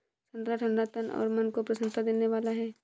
संतरा ठंडा तन और मन को प्रसन्नता देने वाला फल है